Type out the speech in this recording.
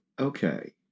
okay